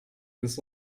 this